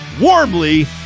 warmly